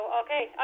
okay